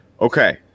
Okay